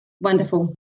Wonderful